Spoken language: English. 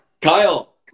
Kyle